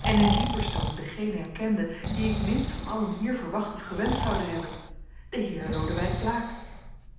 en in dien persoon dengenen herkende dien ik minst van allen hier verwacht of gewenscht zoude hebben den heer lodewijk blaek